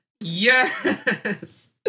Yes